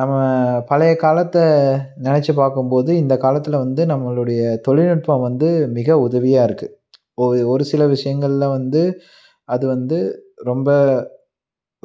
நம்ம பழைய காலத்தை நினச்சி பார்க்கும் போது இந்த காலத்தில் வந்து நம்மளுடைய தொழில்நுட்பம் வந்து மிக உதவியாக இருக்குது ஒரு ஒரு சில விஷயங்கள்ல வந்து அது வந்து ரொம்ப